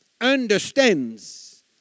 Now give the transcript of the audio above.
understands